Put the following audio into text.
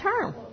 term